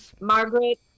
Margaret